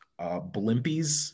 Blimpies